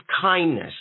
kindness